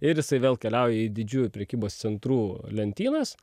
ir jisai vėl keliauja į didžiųjų prekybos centrų lentynas